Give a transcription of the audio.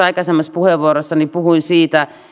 aikaisemmassa puheenvuorossani puhuin siitä